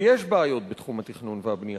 ויש בעיות בתחום התכנון והבנייה.